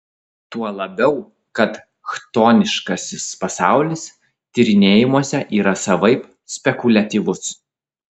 tuo labiau kad chtoniškasis pasaulis tyrinėjimuose yra savaip spekuliatyvus